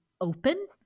open